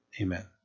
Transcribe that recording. Amen